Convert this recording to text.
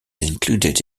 included